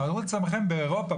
תארו לעצמכם באירופה,